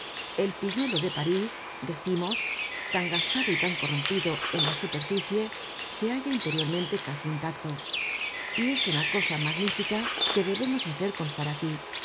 el pilluelo de parís decimos tan gastado y tan corrompido en la superficie se halla interiormente casi intacto y es una cosa magnífica que debe mos hacer constar aquí